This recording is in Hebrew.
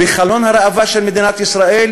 בחלון הראווה של מדינת ישראל,